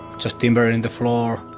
just timber in in the floor,